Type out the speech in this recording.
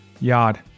Yard